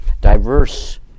diverse